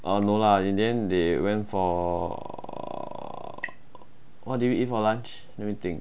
oh no lah in the end they went for err what did we eat for lunch let me think